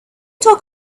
talk